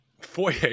Foyer